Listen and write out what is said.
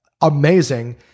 amazing